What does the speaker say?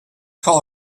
call